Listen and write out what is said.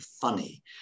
funny